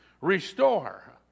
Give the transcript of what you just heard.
restore